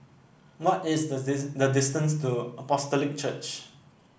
what is the this the distance to Apostolic Church